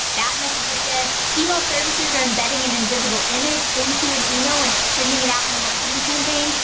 that messes with this. email services are embedding an invisible image into an email when it's sending it out in a marketing campaign,